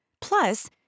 Plus